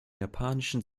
japanischen